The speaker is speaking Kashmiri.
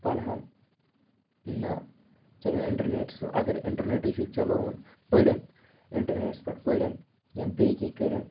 پَرہَن نہَ چَلو اِنٹَرنیٹَس اگر اِنٹَرنیٚٹٕے چھُ چلاوُن پٔرِن اِنٹَرنیٚٹَس پٮ۪ٹھ پٔرِن یا بیٚیہِ کیٚنٛہہ کٔرِن